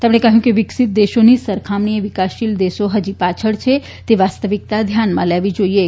તેમણે કહ્યું કે વિકસિત દેશોની સરખામણીએ વિકાસશીલ દેશો હજી પાછળ છે તે વાસ્તવિકતા ધ્યાનમાં લેવી જોઇએ